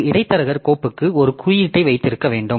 ஒரு இடைத்தரகர் கோப்புக்கு ஒரு குறியீட்டை வைத்திருக்க வேண்டும்